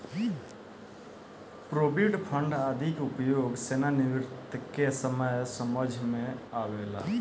provident fund आदि के उपयोग सेवानिवृत्ति के समय समझ में आवेला